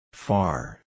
Far